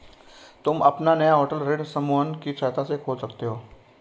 तुम अपना नया होटल ऋण समूहन की सहायता से खोल सकते हो